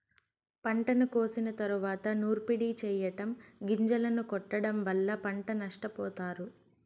పంటను కోసిన తరువాత నూర్పిడి చెయ్యటం, గొంజలను కొట్టడం వల్ల పంట నష్టపోతారు